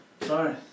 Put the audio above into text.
Sorry